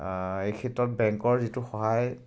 এই ক্ষেত্ৰত বেংকৰ যিটো সহায়